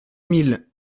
mille